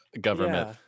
government